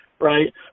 right